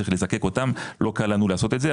צריך לזקק אותם לא קל לנו לעשות את זה,